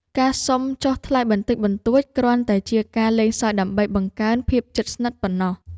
ការសុំចុះថ្លៃបន្តិចបន្តួចគ្រាន់តែជាការលេងសើចដើម្បីបង្កើនភាពជិតស្និទ្ធប៉ុណ្ណោះ។